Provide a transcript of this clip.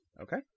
Okay